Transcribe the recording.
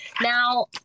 now